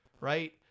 right